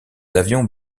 avions